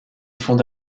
fonde